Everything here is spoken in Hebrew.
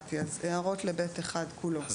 אז הערות ל-(ב)(1) כולו.